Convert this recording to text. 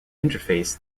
interface